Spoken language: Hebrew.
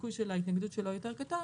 הסיכוי של ההתנגדות שלו הוא יותר קטן,